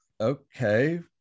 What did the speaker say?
okay